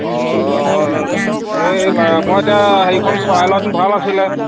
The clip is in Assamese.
অ এই মই এতিয়া হেৰিখন চোৱাই লোৱাহেতেন ভাল আছিলে